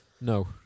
No